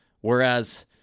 Whereas